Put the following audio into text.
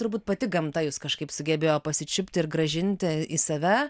turbūt pati gamta jus kažkaip sugebėjo pasičiupti ir grąžinti į save